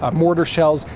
um mortar shells,